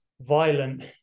violent